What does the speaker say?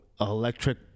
electric